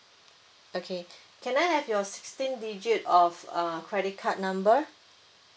okay can I have your sixteen digit of uh credit card number